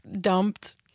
dumped